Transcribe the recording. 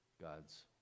God's